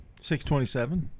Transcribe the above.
627